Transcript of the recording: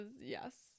Yes